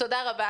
תודה רבה